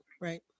right